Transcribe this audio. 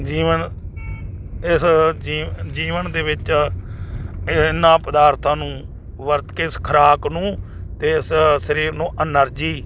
ਜੀਵਨ ਇਸ ਜੀਵ ਜੀਵਨ ਦੇ ਵਿੱਚ ਇਹਨਾਂ ਪਦਾਰਥਾਂ ਨੂੰ ਵਰਤ ਕੇ ਇਸ ਖੁਰਾਕ ਨੂੰ ਅਤੇ ਇਸ ਸਰੀਰ ਨੂੰ ਐਨਰਜੀ